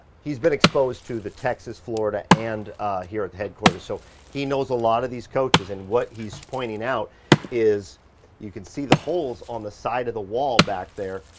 he's been exposed to the texas, florida and here at headquarters, so he knows a lot of these coaches and what he's pointing out is you can see the holes on the side of the wall back there,